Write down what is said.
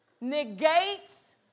negates